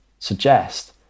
suggest